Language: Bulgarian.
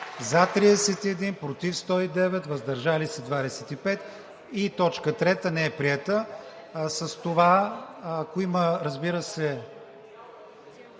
за 31, против 109, въздържали се 25. Точка 3 не е приета.